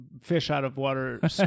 fish-out-of-water